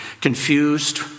confused